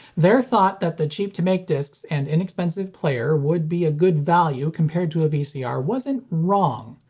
their thought that the cheap-to-make discs and inexpensive player would be a good value compared to a vcr wasn't wrong.